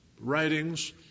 writings